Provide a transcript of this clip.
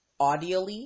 audially